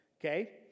Okay